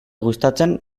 gustatzen